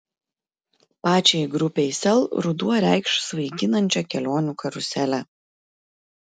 pačiai grupei sel ruduo reikš svaiginančią kelionių karuselę